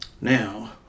Now